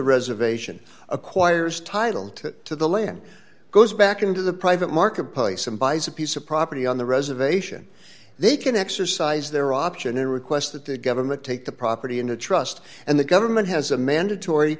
reservation acquires title to to the land goes back into the private marketplace and buys a piece of property on the reservation they can exercise their option in request that the government take the property in a trust and the government has a mandatory